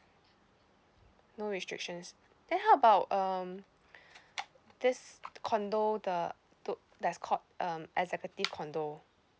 no restrictions then how about um this condo the to~ that's called um executive condo